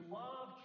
love